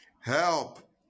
Help